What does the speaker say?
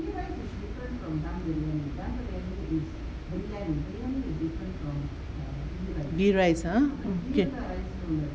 ghee rice ah okay